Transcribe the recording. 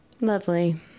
Lovely